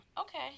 okay